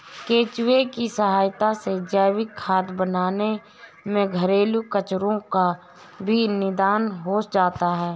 केंचुए की सहायता से जैविक खाद बनाने में घरेलू कचरो का भी निदान हो जाता है